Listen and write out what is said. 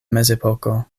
mezepoko